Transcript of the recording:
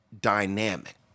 dynamic